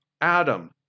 Adam